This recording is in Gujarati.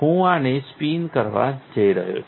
હું આને સ્પિન કરવા જઇ રહ્યો છું